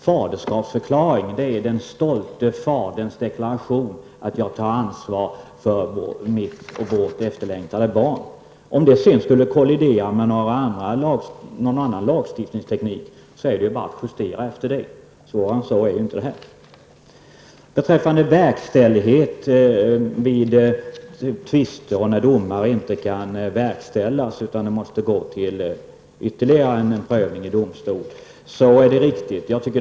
Faderskapsförklaring är den stolte faderns deklaration att han vill ta ansvar för sitt efterlängtade barn. Om detta sedan skulle kollidera med annan lagstiftningsteknik är det bara att justera efter det. Svårare än så är det inte. Beträffande verkställighet vid tvister då domar inte kan verkställas utan måste få ytterligare en prövning i domstol är det som föreslås riktigt.